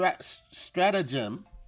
Stratagem